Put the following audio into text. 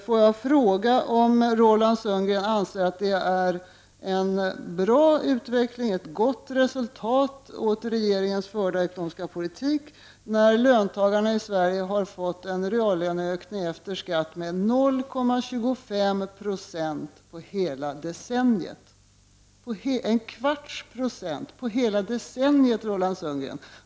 Jag vill fråga om Roland Sundgren anser att det är en bra utveckling och ett gott resultat av regeringens förda ekonomiska politik när löntagarna i Sverige har fått en reallöneökning efter skatt med 0,25 26 under hela decenniet. En kvarts procent under hela decenniet, Roland Sundgren!